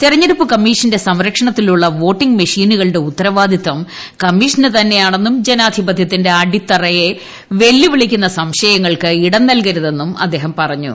തെരഞ്ഞെടുപ്പ് കമ്മീഷന്റെ സംരക്ഷണത്തിലുള്ള വോട്ടിംഗ് മെഷീനുകളുടെ ഉത്തരവാദിത്തം കമ്മീഷനു തന്നെയാണെന്നും അടിത്തറയെ വെല്ലുവിളിക്കുന്ന സംശയങ്ങൾക്ക് ഇടം നല്കരുതെന്നും അദ്ദേഹം പറഞ്ഞു